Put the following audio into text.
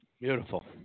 Beautiful